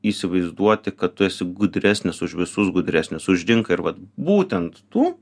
įsivaizduoti kad tu esi gudresnis už visus gudresnis už rinką ir vat būtent tu